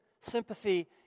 Sympathy